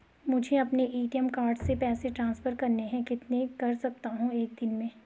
मुझे अपने ATM card से पैसे ट्रांसफर करने हैं कितने कर सकता हूँ एक दिन में?